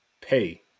Pay